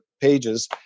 pages